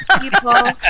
people